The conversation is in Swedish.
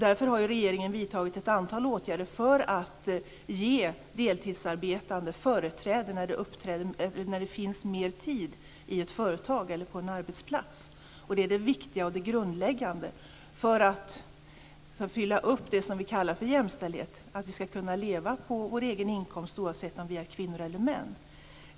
Därför har regeringen vidtagit ett antal åtgärder för att ge deltidsarbetande företräde när det finns mer tid i ett företag eller på en arbetsplats. Det viktiga och det grundläggande för att uppfylla det vi kallar för jämställdhet är att vi ska kunna leva på vår egen inkomst oavsett om vi är kvinnor eller män.